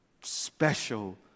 special